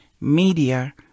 media